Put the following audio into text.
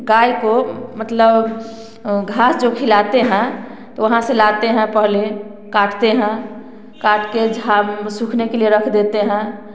गाय को मतलब घास जो खिलाते हैं तो वहाँ से लाते हैं पहले काटते हैं काट के झाड़ सूखने के लिए रख देते हैं